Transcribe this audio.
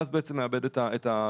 ואז בעצם מאבד את הזכאות.